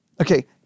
Okay